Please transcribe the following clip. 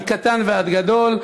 מקטן ועד גדול,